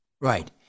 Right